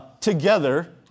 together